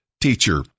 Teacher